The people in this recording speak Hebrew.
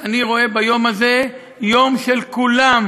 אני רואה ביום הזה יום של כולם,